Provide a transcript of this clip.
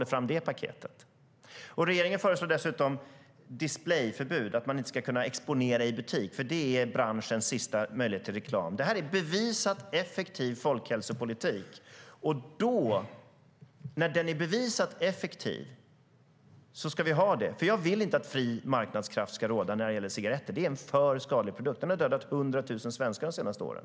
Regeringen föreslår dessutom displayförbud - att man inte ska kunna exponera i butik - då detta är branschens sista möjlighet till reklam. Det är en folkhälsopolitik som är bevisat effektiv, och då ska vi ha den. Jag vill inte att fri marknadskraft ska råda när det gäller cigaretter. Det är en alltför skadlig produkt. Den har dödat 100 000 svenskar de senaste åren.